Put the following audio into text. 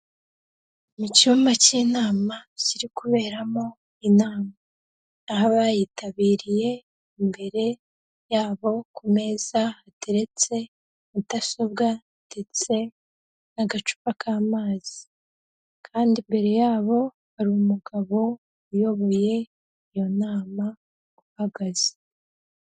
Icyumba cy'inama kiri kuberamo inama, aho abayitabiriye imbere yabo ku meza hateretse mudasobwa ndetse n'agacupa k'amazi kandi imbere yabo hari umugabo uyoboye iyo nama uhagaze.